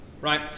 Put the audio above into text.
Right